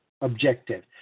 objective